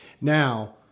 Now